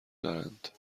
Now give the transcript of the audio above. دارند